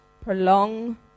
prolong